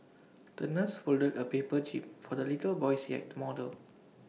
the nurse folded A paper jib for the little boy's yacht model